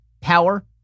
power